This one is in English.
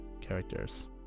characters